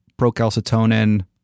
Procalcitonin